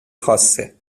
خاصه